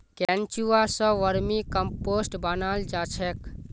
केंचुआ स vermicompost बनाल जा छेक